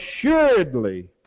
assuredly